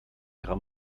ihrer